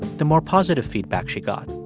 the more positive feedback she got.